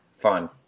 fun